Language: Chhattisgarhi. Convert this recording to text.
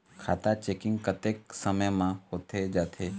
खाता चेकिंग कतेक समय म होथे जाथे?